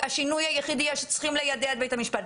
והשינוי היחידי הוא שצריך ליידע את בית המשפט.